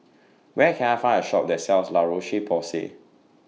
Where Can I Find A Shop that sells La Roche Porsay